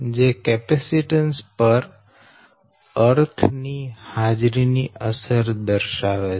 જે કેપેસીટન્સ પર અર્થ ની હાજરી ની અસર દર્શાવે છે